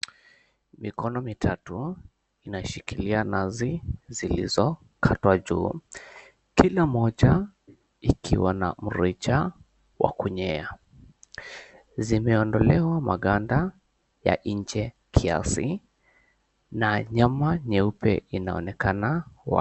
Mikono mitatu inashikilia nazi zilizokatwa juu, kila moja ikiwa na mrija wa kunyea. Zimeondolewa maganda ya nje kiasi na nyama nyeupe inaonekana.